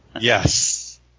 Yes